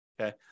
okay